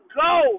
go